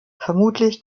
vermutlich